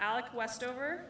alec westover